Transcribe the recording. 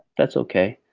that's okay.